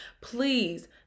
please